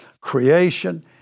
creation